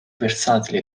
versatile